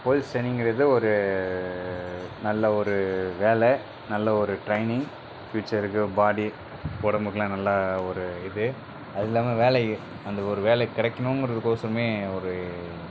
police டிரெயினிங்கிறது ஒரு நல்ல ஒரு வேலை நல்ல ஒரு ட்ரைனிங் ஃபியூச்சருக்கு பாடி உடம்புக்குலான் நல்ல ஒரு இது அதுல்லாமல் வேலை அந்த ஒரு வேலை கிடைக்குனுங்கிறதுகோசமே ஒரு